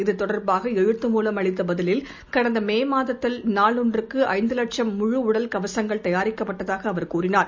இது தொடர்பாகஎழுத்து மூலம் அளித்தபதிலில் கடந்தமேமாதத்தில் நாளொன்றுக்குஐந்துவட்சும் முழு உடல் கவசங்கள் தயாரிக்கப்பட்டதாகஅவர் கூறினார்